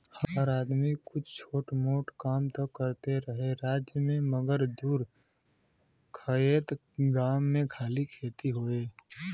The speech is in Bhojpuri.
हर आदमी कुछ छोट मोट कां त करते रहे राज्य मे मगर दूर खएत गाम मे खाली खेती होए